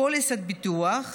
פוליסת ביטוח,